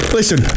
Listen